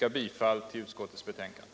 av värnpliktiga för ter